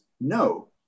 No